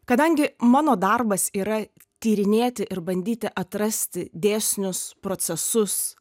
kadangi mano darbas yra tyrinėti ir bandyti atrasti dėsnius procesus